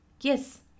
Yes